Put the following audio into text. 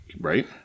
Right